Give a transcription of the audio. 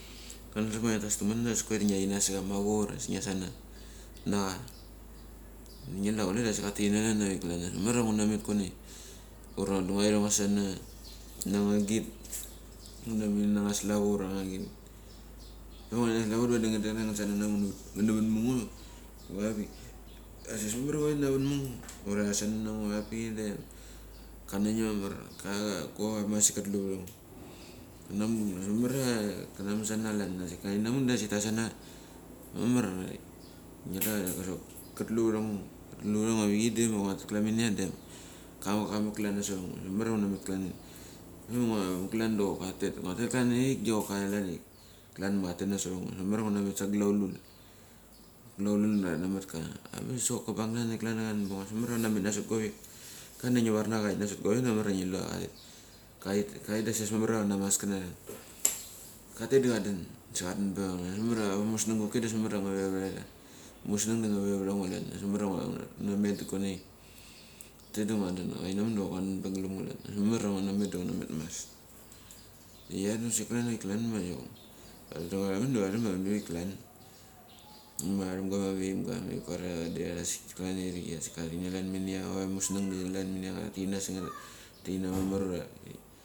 Kandrem ia asik karas tumono asik ngiarikinasa mavo ura asik ngiasana nacha ngidra kule da asik katikinina navik klan. Ambas mamaria ngu namek kuanai ura vadi ngua ret tngusa na na nga git, angambas ngu na mikina nangas slavo ura nga git. Pema ngurikina na nga slavo vadi nga tsana vadi ngani vanmango. Asik ambas mamaria tinavanmango, ura tasana na ngo apichei. Da karangim mamar, go chak apik asik kutulu vango. Ambas mamar. Ngiadra so kutuluvango, kutlu vango avichei de ma ngua tet klan minia dem kamek kamek klan nasonrango ambas mamar ngu na met klanminia pema ngua vik klan dok katek. Ngu tek klan da irik dok kava klan da irik klan ma katek nasorango ambas mamar ngu na met sa glaulul, glaulul ma namatka, Ambas dok kabang nanek klan da kadenpaarango ambas mamr ia kanamet nasot go vek. Klania ngi varnacha ia karet nasot govek da mamaria ngila karet da ambas mamar kanama kanra katet da kaden pa vat. Amusnang doki da angabas ngavevara amusnang da ngave vango klan, ambas mamaria ngu na met konai ngatet da nguaden nguainamuk da nguaden pe pelemga klan. Ambas mamar ngunamet da ngunamet mas ia da kusek klan avik klan ma vadi nguaram da param avinivik klan ma varam gama vaimga ma ngu karia vadi asik klania. Karet ini klanminia, ava musneng da klan minia tatikin sengat, tatikina mamar ura.